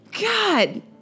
God